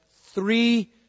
three